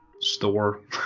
store